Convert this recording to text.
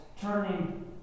turning